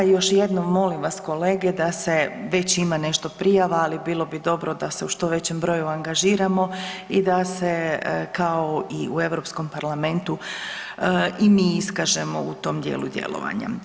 I još jednom molim vas kolege da se, već ima nešto prijava, ali bilo bi dobro da se u što većem broju angažiramo i da se kao i Europskom parlamentu i mi iskažemo u tom dijelu djelovanja.